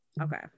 Okay